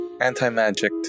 Anti-magic